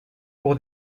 pour